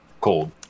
cold